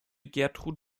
gertrud